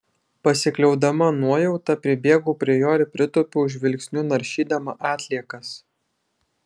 pasikliaudama nuojauta pribėgau prie jo ir pritūpiau žvilgsniu naršydama atliekas